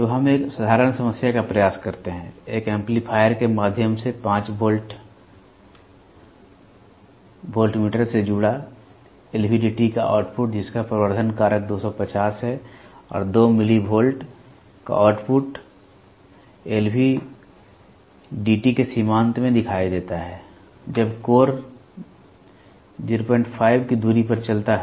तो हम एक साधारण समस्या का प्रयास करते हैं एक एम्पलीफायर के माध्यम से 5 वोल्ट वोल्टमीटर से जुड़ा LVDT का आउटपुट जिसका प्रवर्धन कारक 250 है और 2 मिलीवोल्ट का आउटपुट LVDT के सीमांत में दिखाई देता है जब कोर 05 की दूरी पर चलता है